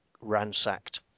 ransacked